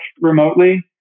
remotely